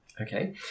Okay